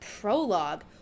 prologue